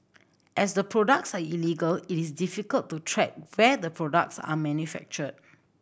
as the products are illegal it is difficult to track where the products are manufactured